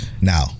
Now